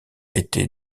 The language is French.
été